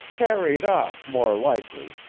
carried off, more likely.